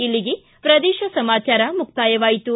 ಇಲ್ಲಿಗೆ ಪ್ರದೇಶ ಸಮಾಚಾರ ಮುಕ್ತಾಯವಾಯಿತು